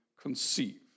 conceive